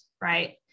right